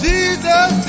Jesus